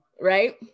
right